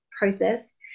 process